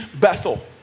Bethel